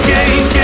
Game